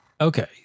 Okay